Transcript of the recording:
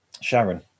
Sharon